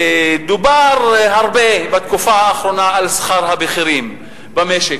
דובר הרבה בתקופה האחרונה על שכר הבכירים במשק,